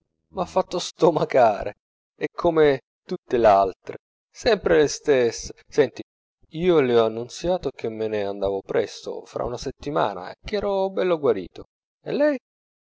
m'ha fatto stomacare è come tutte l'altre sempre le stesse senti io le ho annunziato che me ne andavo presto fra una settimana ch'ero bell'e guarito e lei